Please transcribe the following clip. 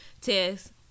test